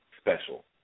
special